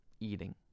eating